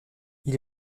est